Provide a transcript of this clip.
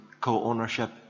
co-ownership